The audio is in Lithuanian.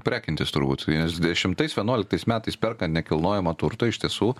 prekintis turbūt nes dešimtais vienuoliktais metais perkant nekilnojamą turtą iš tiesų